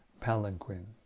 palanquin